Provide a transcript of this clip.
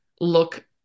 look